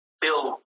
Bill